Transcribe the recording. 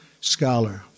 Scholar